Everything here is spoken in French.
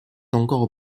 encore